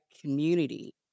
community